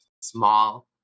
small